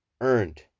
earned